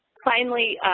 finally,